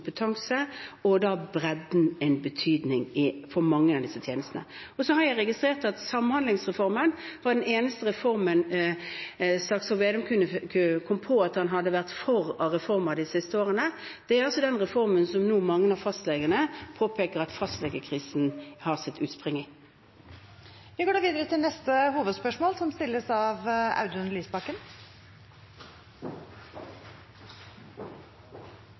registrert at samhandlingsreformen var den eneste reformen representanten Slagsvold Vedum kunne komme på at han hadde vært for av reformer de siste årene. Det er altså den reformen som mange av fastlegene nå påpeker at fastlegekrisen har sitt utspring i. Vi går videre til neste hovedspørsmål. Den gangen Erna Solberg ble statsminister i Norge, presenterte hun det som da ble annonsert som regjeringens åtte viktigste prosjekter for Norge, og klimaet var ikke et av